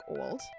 Old